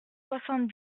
soixante